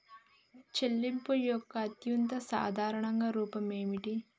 చెల్లింపు యొక్క అత్యంత సాధారణ రూపం ఏమిటి?